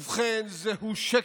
ובכן, זהו שקר.